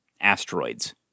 asteroids